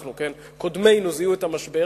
קודמינו זיהו את המשבר,